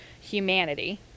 humanity